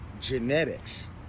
genetics